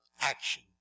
action